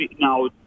now